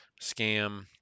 scam